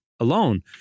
alone